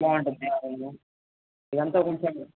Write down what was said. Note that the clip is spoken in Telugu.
బాగుంటుంది అవును ఇదంతా కొంచెం